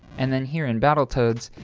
and then here in battletoads,